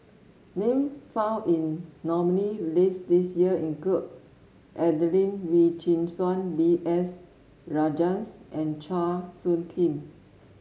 name found in nominee list this year include Adelene Wee Chin Suan B S Rajhans and Chua Soo Khim